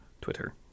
Twitter